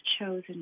chosen